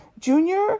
junior